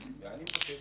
ואנחנו מבקשים לערער.